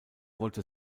wollte